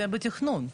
זה בתכנון.